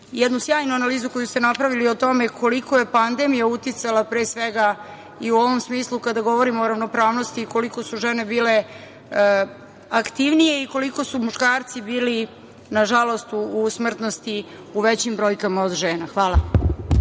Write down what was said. jednu sjajnu analizu koju ste napravili o tome koliko je pandemija uticala pre svega i u ovom smislu kada govorimo o ravnopravnosti, koliko su žene bile aktivnije i koliko su muškarci bili nažalost po smrtnosti u većim brojkama od žena. Hvala.